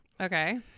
Okay